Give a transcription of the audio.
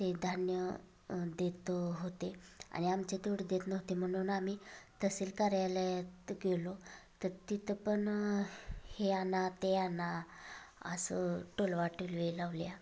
ते धान्य देत होते आणि आमच्या तेवढं देत नव्हते म्हणून आम्ही तहसील कार्यालयात गेलो तर तिथं पण हे आणा ते आणा असं टोलवाटोलवी लावल्या